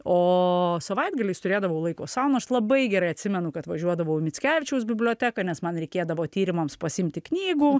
o savaitgaliais turėdavau laiko sau nu aš labai gerai atsimenu kad važiuodavau į mickevičiaus biblioteką nes man reikėdavo tyrimams pasiimti knygų